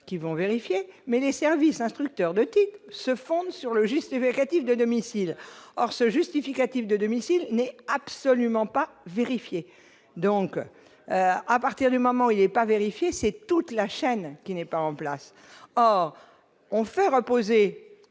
qui vont vérifier mais les services instructeurs de type se fonde sur le juste et Verratti de domicile, or ce justificatif de domicile n'est absolument pas vérifiée, donc à partir du moment où il est pas vérifier, c'est toute la chaîne qui n'est pas en place, or on fait reposer